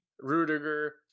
Rudiger